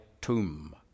tomb